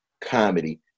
comedy